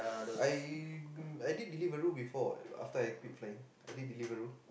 I uh I did delivery before after I quit like I did delivery